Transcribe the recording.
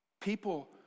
People